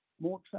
more